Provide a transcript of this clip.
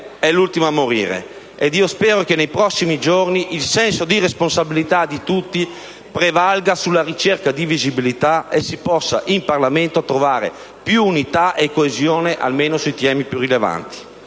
è l'ultima a morire e io spero che nei prossimi giorni il senso di responsabilità di tutti prevalga sulla ricerca di visibilità e che in Parlamento si possa trovare più unità e coesione almeno sui temi più rilevanti,